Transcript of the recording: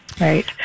Right